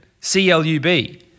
C-L-U-B